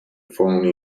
phone